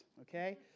okay